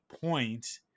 point